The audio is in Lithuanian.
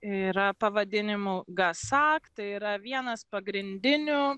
yra pavadinimu gasak tai yra vienas pagrindinių